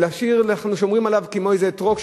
אנחנו שומרים עליו כמו ששומרים על איזה אתרוג,